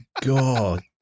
God